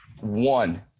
One